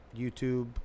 YouTube